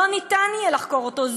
לא יהיה אפשר לחקור אותו.